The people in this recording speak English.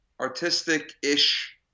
artistic-ish